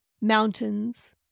mountains